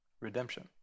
Redemption